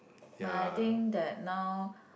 but I think that now